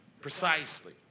precisely